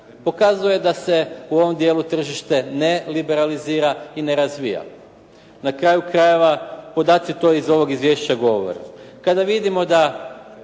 pokazuje da se u ovom dijelu tržište ne liberalizira i ne razvija. Na kraju krajeva, podaci to iz ovog izvješća govore. Kada vidimo da